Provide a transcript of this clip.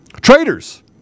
Traitors